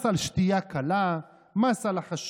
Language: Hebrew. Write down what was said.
מס על שתייה קלה, מס על החשמל,